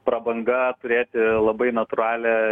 prabanga turėti labai natūralią